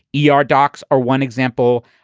e r. docs are one example.